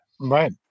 Right